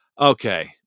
okay